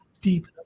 deep